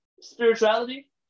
spirituality